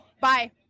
Bye